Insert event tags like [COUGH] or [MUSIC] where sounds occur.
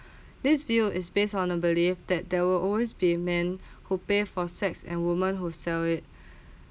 this view is based on a belief that there were always be man [BREATH] who pay for sex and woman who sell it [BREATH]